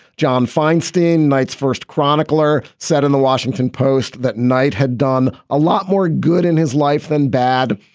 john feinstein, knight's first chronicler, said in the washington post that knight had done a lot more good in his life than bad.